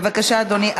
בבקשה, אדוני.